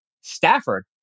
Stafford